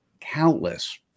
countless